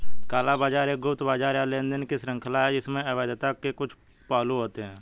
काला बाजार एक गुप्त बाजार या लेनदेन की श्रृंखला है जिसमें अवैधता के कुछ पहलू होते हैं